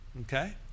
Okay